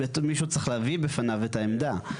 מישהו צריך להביא בפניו את העמדה.